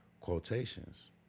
quotations